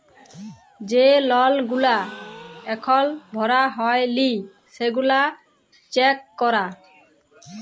যে লল গুলা এখল ভরা হ্যয় লি সেগলা চ্যাক করা